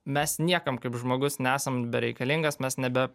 mes niekam kaip žmogus nesam bereikalingas mes nebe